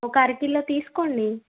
ఒక అరకిలో తీసుకోండి